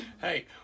Hey